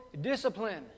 discipline